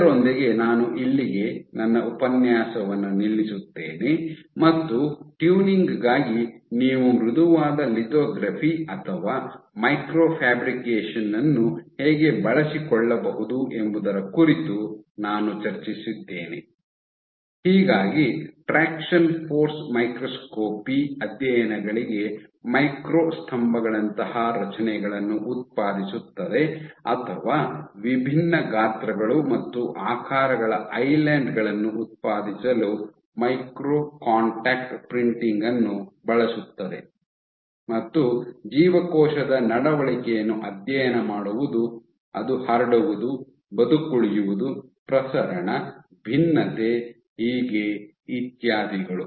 ಇದರೊಂದಿಗೆ ನಾನು ಇಲ್ಲಿಗೆ ನನ್ನ ಉಪನ್ಯಾಸವನ್ನು ನಿಲ್ಲಿಸುತ್ತೇನೆ ಮತ್ತು ಟ್ಯೂನಿಂಗ್ ಗಾಗಿ ನೀವು ಮೃದುವಾದ ಲಿಥೊಗ್ರಫಿ ಅಥವಾ ಮೈಕ್ರೊ ಫ್ಯಾಬ್ರಿಕೇಶನ್ ಅನ್ನು ಹೇಗೆ ಬಳಸಿಕೊಳ್ಳಬಹುದು ಎಂಬುದರ ಕುರಿತು ನಾನು ಚರ್ಚಿಸಿದ್ದೇನೆ ಹೀಗಾಗಿ ಟ್ರಾಕ್ಷನ್ ಫೋರ್ಸ್ ಮೈಕ್ರೋಸ್ಕೋಪಿ ಅಧ್ಯಯನಗಳಿಗೆ ಮೈಕ್ರೊ ಸ್ತಂಭಗಳಂತಹ ರಚನೆಗಳನ್ನು ಉತ್ಪಾದಿಸುತ್ತದೆ ಅಥವಾ ವಿಭಿನ್ನ ಗಾತ್ರಗಳು ಮತ್ತು ಆಕಾರಗಳ ಐಲ್ಯಾನ್ಡ್ ಗಳನ್ನು ಉತ್ಪಾದಿಸಲು ಮೈಕ್ರೋ ಕಾಂಟ್ಯಾಕ್ಟ್ ಪ್ರಿಂಟಿಂಗ್ ಅನ್ನು ಬಳಸುತ್ತದೆ ಮತ್ತು ಜೀವಕೋಶದ ನಡವಳಿಕೆಗಳನ್ನು ಅಧ್ಯಯನ ಮಾಡುವುದು ಅದು ಹರಡುವುದು ಬದುಕುಳಿಯುವುದು ಪ್ರಸರಣ ಭಿನ್ನತೆ ಹೀಗೆ ಇತ್ಯಾದಿಗಳು